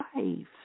life